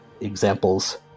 examples